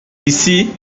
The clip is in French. ici